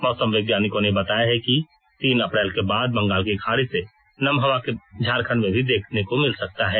मौसम वैज्ञानिकों ने बताया कि तीन अप्रैल के बाद बंगाल की खाड़ी से नम हवा के बहने का असर झारखंड में भी देखते को मिल सकता है